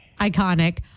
Iconic